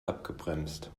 abgebremst